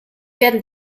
werden